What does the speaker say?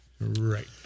right